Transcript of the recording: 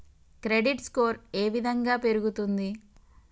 Credit score ఏ విధంగా పెరుగుతుంది?